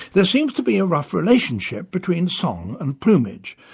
there seems to be a rough relationship between song and plumage.